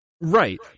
Right